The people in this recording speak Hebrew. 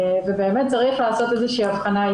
ובאמת צריך לעשות איזה שהיא הבחנה.